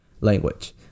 language